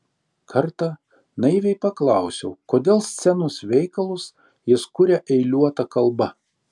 kartą naiviai paklausiau kodėl scenos veikalus jis kuria eiliuota kalba